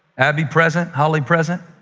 abbey? present. holly? present.